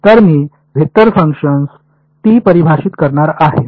तर मी vector function T परिभाषित करणार आहे